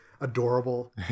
adorable